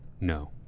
no